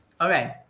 Okay